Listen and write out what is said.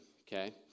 Okay